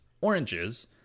oranges